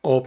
op